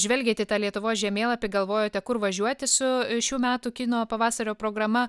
žvelgiat į tą lietuvos žemėlapį galvojote kur važiuoti su šių metų kino pavasario programa